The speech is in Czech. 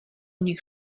nich